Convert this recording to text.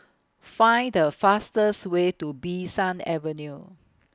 Find The fastest Way to Bee San Avenue